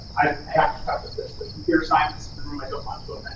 i have to preface this, the computer scientists in the room, i don't